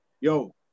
yo